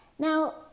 Now